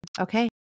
okay